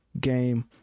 game